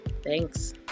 Thanks